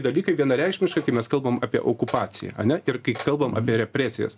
dalykai vienareikšmiškai kai mes kalbam apie okupaciją ane ir kai kalbam apie represijas